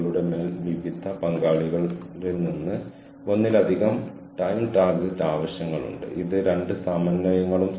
ഇവിടെ ഈ അവസരം എന്താണെന്ന് വെച്ചാൽ ഐഐടി സംവിധാനം വാഗ്ദാനം ചെയ്യുന്ന ഒരു വികസന അവസരമാണത്